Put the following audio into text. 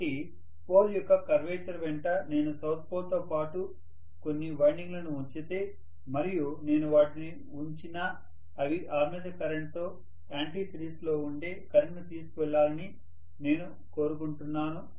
కాబట్టి పోల్ యొక్క కర్వేచర్ వెంట నేను పోల్ తో పాటు కొన్ని వైండింగ్లను ఉంచితే మరియు నేను వాటిని ఉంచినా అవి ఆర్మేచర్ కరెంట్తో యాంటీ సిరీస్లో ఉండే కరెంట్ తీసుకెళ్లాలని నేను కోరుకుంటున్నాను